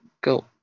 go